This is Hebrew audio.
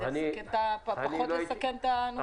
כדי פחות לסכן את הנוסעים.